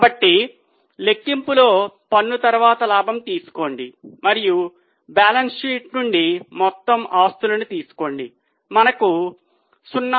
కాబట్టి లెక్కింపులో పన్ను తర్వాత లాభం తీసుకోండి మరియు బ్యాలెన్స్ షీట్ నుండి మొత్తం ఆస్తులను తీసుకుంటే మనకు 0